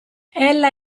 ella